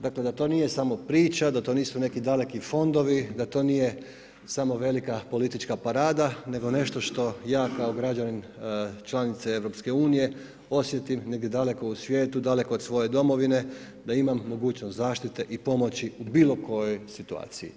dakle, da to nije samo priča, da to nisu neki daleki fondovi, da to nije samo velika politička parada, nego nešto što ja kao građanin, članice EU, osjetim negdje daleko u svijetu, daleko od svoje domovine, da imam mogućnost zaštite i pomoći u bilo kojoj situaciji.